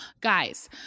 guys